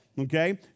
okay